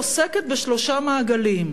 עוסקת בשלושה מעגלים.